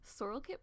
Sorrelkit